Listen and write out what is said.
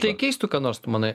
tai keistų ką nors tu manai